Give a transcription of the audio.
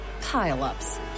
pile-ups